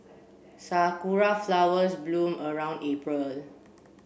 sakura flowers bloom around April